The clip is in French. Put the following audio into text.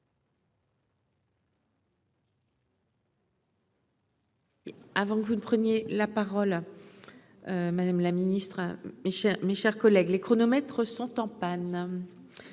Avant que vous ne preniez la parole madame la Ministre, Michel, mes chers collègues, les chronomètres sont en panne,